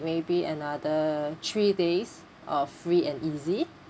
maybe another three days of free and easy